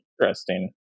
Interesting